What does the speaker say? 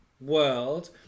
world